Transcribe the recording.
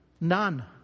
None